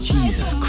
Jesus